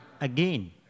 again